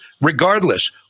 regardless